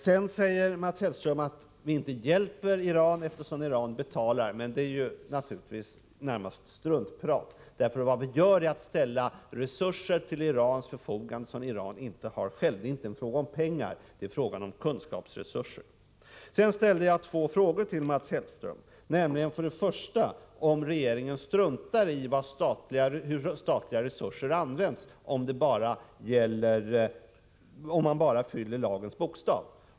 Mats Hellström säger att vi inte hjälper Iran, eftersom Iran betalar, men det är naturligtvis närmast struntprat. Vad vi gör är att ställa resurser till Irans förfogande som iranierna inte har själva. Det är inte en fråga om pengar. Det är fråga om kunskapsresurser. Jag ställde två frågor till Mats Hellström: Struntar regeringen i hur statliga resurser används, om man bara följer lagens bokstav?